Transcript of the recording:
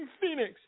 Phoenix